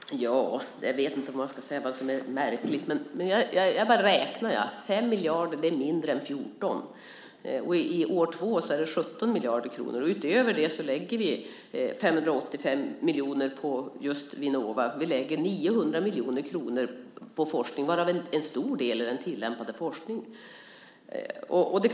Herr talman! Jag vet inte vad man ska säga är märkligt. Jag bara räknar: 5 miljarder är mindre än 14 miljarder. År 2 är det 17 miljarder kronor. Utöver det lägger vi 585 miljoner på just Vinnova. Vi lägger 900 miljoner kronor på forskning varav en stor del är tillämpad forskning.